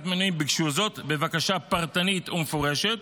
מנויים ביקשו זאת בבקשה פרטנית ומפורשת